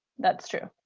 that's true.